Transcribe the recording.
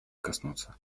коснуться